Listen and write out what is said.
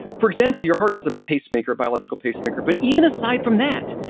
for example, your heart has a pacemaker, a biological pacemaker. but even aside from that,